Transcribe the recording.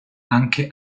anche